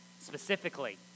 Specifically